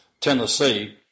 Tennessee